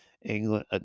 England